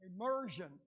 immersion